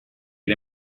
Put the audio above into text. get